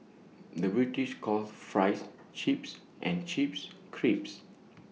the British calls Fries Chips and chips